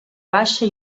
baixa